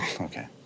Okay